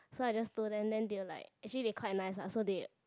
so I just told them then they were like actually they quite nice ah so they